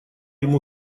ему